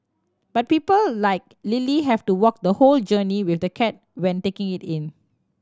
but people like Lily have to walk the whole journey with the cat when taking it in